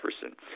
Jefferson